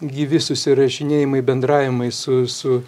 gyvi susirašinėjimai bendravimai su su